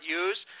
use